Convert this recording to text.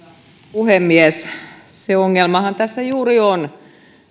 puhemies se ongelmahan tässä juuri on